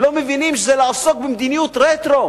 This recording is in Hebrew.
ולא מבינים שזה לעסוק במדיניות-רטרו.